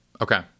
Okay